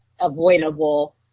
avoidable